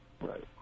Right